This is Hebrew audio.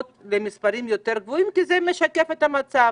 למספרים יותר גבוהים כי זה משקף את המצב?